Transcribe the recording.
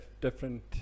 different